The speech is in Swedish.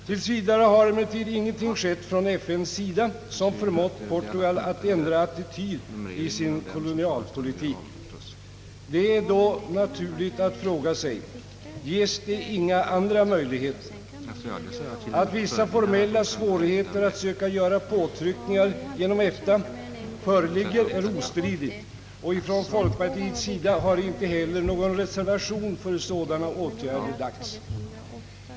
Tills vidare har emellertid ingenting skett från FN:s sida som förmått Portugal att ändra attityd i sin kolonialpolitik. Då är det naturligt att fråga sig: Ges det inga andra möjligheter? Att vissa formella svårigheter att söka göra påtryckningar genom EFTA föreligger är ostridigt. Från folkpartiets sida har inte heller någon reservation för sådana åtgärder lagts.